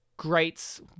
greats